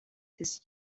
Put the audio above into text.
his